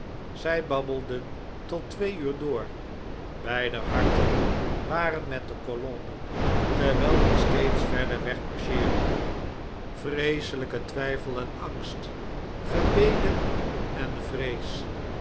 zij babbelden tot twee uur door beider harten waren met de colonne terwijl die steeds verder weg marcheerde vreeselijke twijfel en angst gebeden en vrees